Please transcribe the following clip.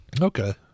Okay